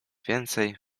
więcej